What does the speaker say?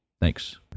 Thanks